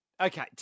Okay